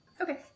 Okay